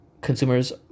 consumers